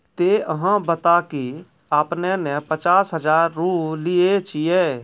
ते अहाँ बता की आपने ने पचास हजार रु लिए छिए?